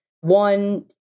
one